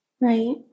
Right